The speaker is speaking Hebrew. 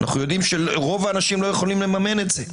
אנו יודעים שרוב האנשים לא יכולים לממן זאת.